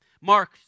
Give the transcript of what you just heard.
Mark